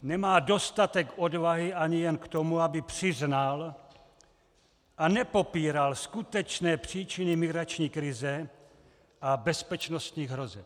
Nemá dostatek odvahy ani jen k tomu, aby přiznal a nepopíral skutečné příčiny migrační krize a bezpečnostních hrozeb.